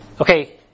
okay